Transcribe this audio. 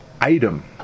item